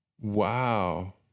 Wow